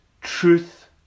truth